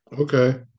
Okay